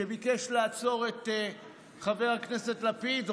שביקש לעצור את חבר הכנסת לפיד,